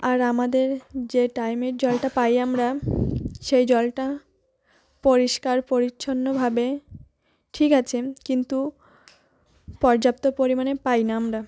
আর আমাদের যে টাইমের জলটা পাই আমরা সেই জলটা পরিষ্কার পরিচ্ছন্নভাবে ঠিক আছে কিন্তু পর্যাপ্ত পরিমাণে পাই না আমরা